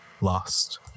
lost